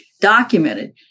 documented